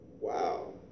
Wow